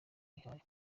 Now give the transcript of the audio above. yihaye